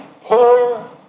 poor